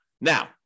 Now